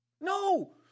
No